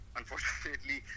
unfortunately